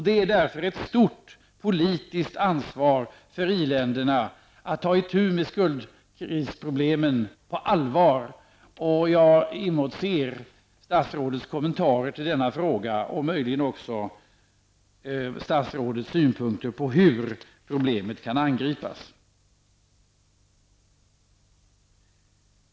Det är därför ett stort politiskt ansvar för industriländerna att ta itu med skuldkrisproblemen på allvar. Jag emotser statsrådets kommentar och synpunkter på hur problemet kan angripas.